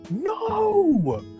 no